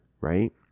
Right